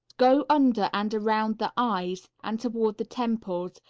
go under and around the eyes, and toward the temples,